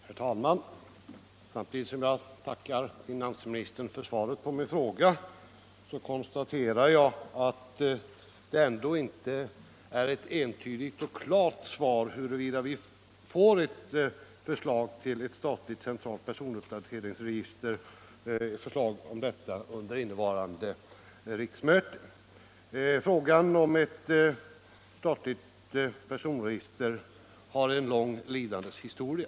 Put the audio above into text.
Herr talman! Samtidigt som jag tackar finansministern för svaret på min fråga konstaterar jag att det ändå inte är ett entydigt och klart svar huruvida vi får ett förslag till ett statligt centralt personuppdateringsregister under innevarande riksmöte. Frågan om ett statligt personregister har en lång lidandes historia.